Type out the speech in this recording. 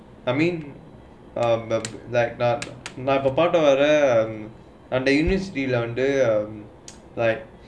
I mean um like நா பாத்ததே வரேன் அதே:naan paathathae varaen athae university under um வந்தே:vanthae like